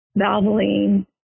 Valvoline